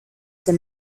the